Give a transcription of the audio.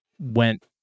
went